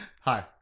Hi